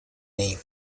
name